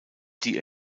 die